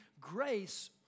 grace